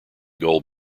gold